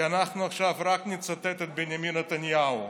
כי אנחנו עכשיו רק נצטט את בנימין נתניהו.